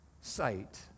sight